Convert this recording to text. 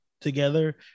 together